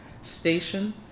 Station